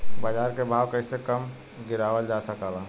बाज़ार के भाव कैसे कम गीरावल जा सकता?